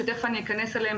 שתיכף אכנס אליהם